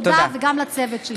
תודה גם לצוות שלי.